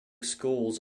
schools